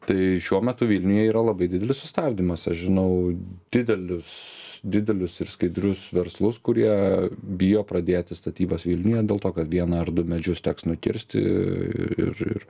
tai šiuo metu vilniuje yra labai didelis sustabdymas aš žinau didelius didelius ir skaidrius verslus kurie bijo pradėti statybas vilniuje dėl to kad vieną ar du medžius teks nukirsti iii ir ir